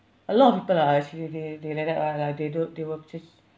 a lot of people lah actually they they like that [one] lah they don't they will just